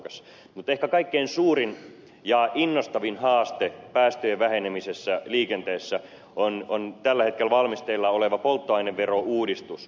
mutta ehkä kaikkein suurin ja innostavin haaste päästöjen vähenemisessä liikenteessä on tällä hetkellä valmisteilla oleva polttoaineverouudistus